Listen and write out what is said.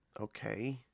Okay